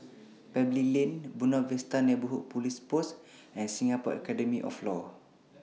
Pebble Lane Buona Vista Neighbourhood Police Post and Singapore Academy of law